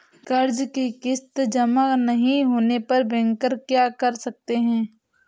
कर्ज कि किश्त जमा नहीं होने पर बैंकर क्या कर सकते हैं?